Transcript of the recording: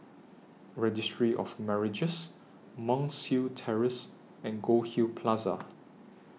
Registry of Marriages Terrace and Goldhill Plaza